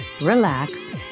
relax